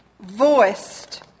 voiced